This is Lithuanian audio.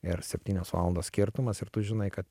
ir septynios valandos skirtumas ir tu žinai kad